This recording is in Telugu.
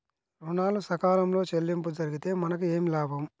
ఋణాలు సకాలంలో చెల్లింపు జరిగితే మనకు ఏమి లాభం?